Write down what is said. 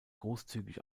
großzügig